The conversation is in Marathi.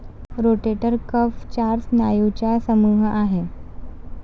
रोटेटर कफ चार स्नायूंचा समूह आहे